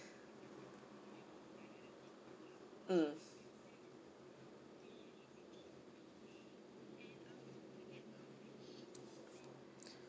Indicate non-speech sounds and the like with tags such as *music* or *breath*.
mm *breath*